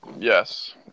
Yes